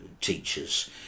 teachers